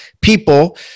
people